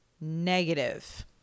negative